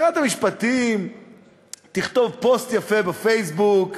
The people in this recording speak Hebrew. שרת המשפטים תכתוב פוסט יפה בפייסבוק,